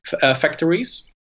factories